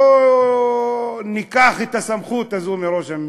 ובואו ניקח את הסמכות הזאת מראש הממשלה,